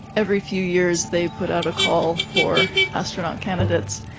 every few years they put out a call for astronaut candidates.